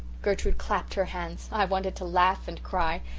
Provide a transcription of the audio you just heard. gertrude clapped her hands. i wanted to laugh and cry,